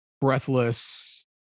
breathless